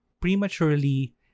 prematurely